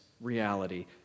reality